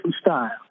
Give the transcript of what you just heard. style